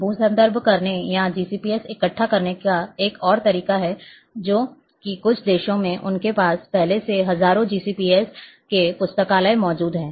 भू संदर्भ करने या GCPS इकट्ठा करने का एक और तरीका है जो कि कुछ देशों में उनके पास पहले से ही हजारों GCPS के पुस्तकालय मौजूद हैं